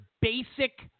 basic